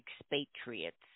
expatriates